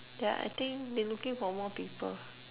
they're I think they looking for more people